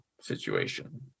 situation